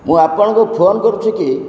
ମୁଁ ଆପଣଙ୍କୁ ଫୋନ କରୁଛି କି